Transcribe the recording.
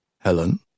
Helen